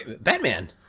Batman